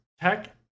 tech